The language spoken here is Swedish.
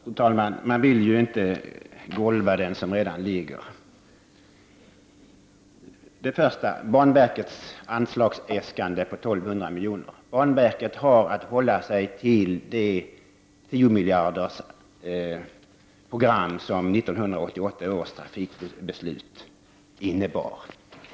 Fru talman! Man vill ju inte golva den som redan ligger! Först något om banverkets anslagsäskande på 1 200 miljoner. Banverket har att hålla sig till det tiomiljardersprogram som 1988 års trafikpolitiska beslut innebar.